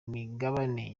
migabane